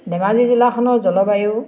ধেমাজি জিলাখনৰ জলবায়ু